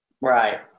right